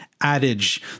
adage